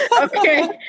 Okay